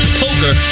poker